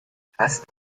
fast